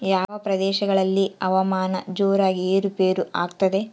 ಯಾವ ಪ್ರದೇಶಗಳಲ್ಲಿ ಹವಾಮಾನ ಜೋರಾಗಿ ಏರು ಪೇರು ಆಗ್ತದೆ?